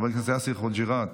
חבר הכנסת יאסר חוג'יראת,